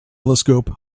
telescope